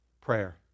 Prayer